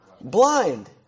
blind